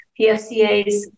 PFCAs